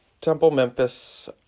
Temple-Memphis